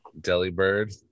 Delibird